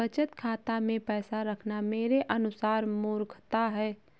बचत खाता मैं पैसा रखना मेरे अनुसार मूर्खता है